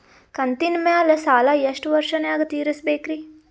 ಕಂತಿನ ಮ್ಯಾಲ ಸಾಲಾ ಎಷ್ಟ ವರ್ಷ ನ್ಯಾಗ ತೀರಸ ಬೇಕ್ರಿ?